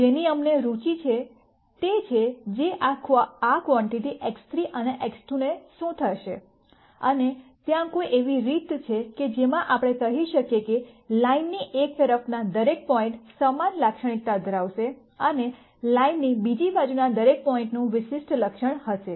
જેની અમને રુચિ છે તે છે જે આ ક્વાંટિટી X3 અને X2 ને શું થશે અને ત્યાં કોઈ એવી રીત છે કે જેમાં આપણે કહી શકીએ કે લાઈનની એક તરફના દરેક પોઇન્ટ સમાન લાક્ષણિકતા ધરાવશે અને લાઈનની બીજી બાજુના દરેક પોઇન્ટનું વિશિષ્ટ લક્ષણ હશે